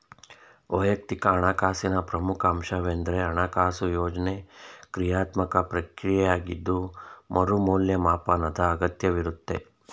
ವೈಯಕ್ತಿಕ ಹಣಕಾಸಿನ ಪ್ರಮುಖ ಅಂಶವೆಂದ್ರೆ ಹಣಕಾಸು ಯೋಜ್ನೆ ಕ್ರಿಯಾತ್ಮಕ ಪ್ರಕ್ರಿಯೆಯಾಗಿದ್ದು ಮರು ಮೌಲ್ಯಮಾಪನದ ಅಗತ್ಯವಿರುತ್ತೆ